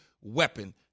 weapon